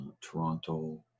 Toronto